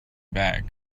back